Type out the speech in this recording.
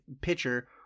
pitcher